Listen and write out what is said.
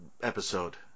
episode